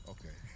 Okay